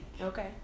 Okay